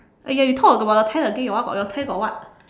!aiya! you talk about your tent again your one got your tent got what